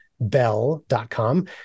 bell.com